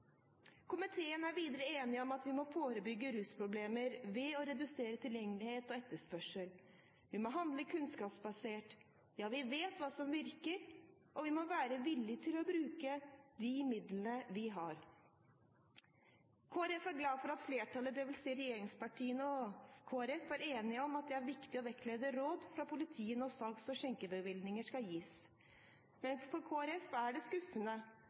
Komiteen er videre enig om at vi må forebygge rusproblemer ved å redusere tilgjengelighet og etterspørsel. Vi må handle kunnskapsbasert: Vi vet hva som virker, og vi må være villig til å bruke de midlene vi har. Kristelig Folkeparti er glad for at flertallet, dvs. regjeringspartiene og Kristelig Folkeparti, er enig om at det er viktig å vektlegge råd fra politiet når salgs- og skjenkebevillinger skal gis. Men for Kristelig Folkeparti er det skuffende